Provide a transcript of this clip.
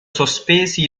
sospesi